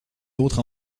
l’autre